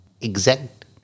exact